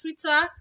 Twitter